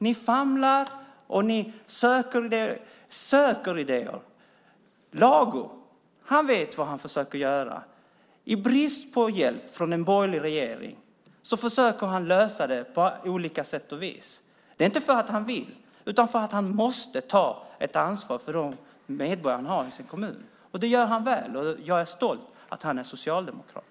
Ni famlar, och ni söker idéer. Anders Lago vet vad han försöker göra. I brist på hjälp från en borgerlig regering försöker han lösa detta på olika sätt. Det är inte för att han vill utan för att han måste ta ansvar för de medborgare som han har i sin kommun. Det gör han bra, och jag är stolt över att han är socialdemokrat.